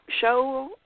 show